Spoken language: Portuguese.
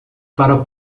para